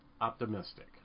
optimistic